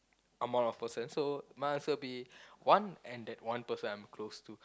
I'm out of person so might as well be one and that one person I'm close to